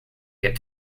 get